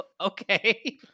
okay